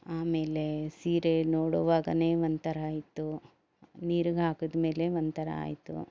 ಆಮೇಲೆ ಸೀರೆ ನೋಡೊವಾಗಲೇ ಒಂಥರ ಇತ್ತು ನೀರಿಗೆ ಹಾಕಿದ ಮೇಲೆ ಒಂಥರ ಆಯಿತು